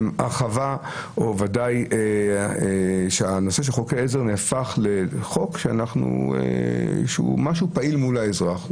הרחבה או ודאי שנושא חוקי העזר נהפך לחוק שהוא משהו פעיל מול האזרח.